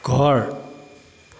ঘৰ